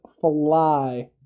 fly